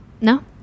No